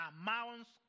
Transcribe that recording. amounts